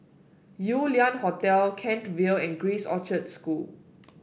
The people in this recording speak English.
Yew Lian Hotel Kent Vale and Grace Orchard School